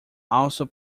also